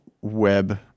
web